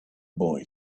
boy